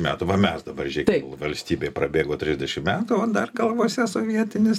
metų va mes dabar žiūrėkit valstybei prabėgo trisdešim metų o dar galvose sovietinis